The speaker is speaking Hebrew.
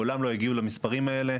מעולם לא הגיעו למספרים האלה.